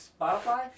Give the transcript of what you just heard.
spotify